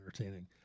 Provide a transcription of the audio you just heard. entertaining